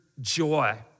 joy